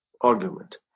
argument